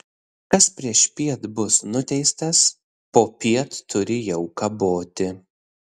kas priešpiet bus nuteistas popiet turi jau kaboti